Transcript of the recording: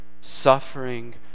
suffering